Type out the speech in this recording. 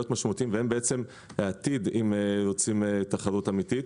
משמעותיים והם העתיד אם רוצים תחרות אמיתית,